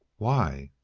why?